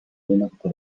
viimati